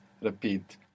repeat